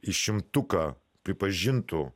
į šimtuką pripažintų